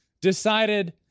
decided